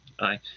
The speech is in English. Aye